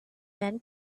men